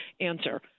answer